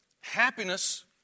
happiness